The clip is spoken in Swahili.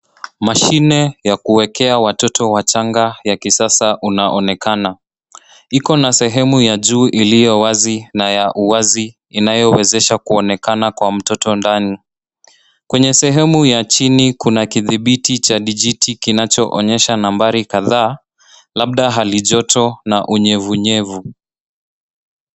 Mashine ya kuwekea watoto wachanga ya kisasa unaonekana. Iko na sehemu ya juu iliyo wazi na ya uwazi inayowezesha kuonekana kwa mtoto ndani. Kwenye sehemu ya chini kuna kithibiti cha dijiti kinachoonyesha nambari kadhaa, labda hali joto na unyevunyevu.